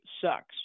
sucks